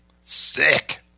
Sick